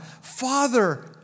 Father